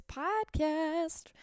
podcast